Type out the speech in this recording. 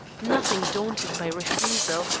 nothing daunted by refusal,